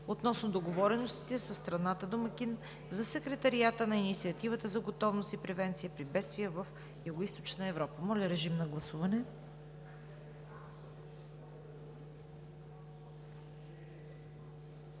относно договореностите със страната домакин за Секретариата на Инициативата за готовност и превенция при бедствия в Югоизточна Европа. Гласували